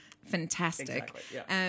Fantastic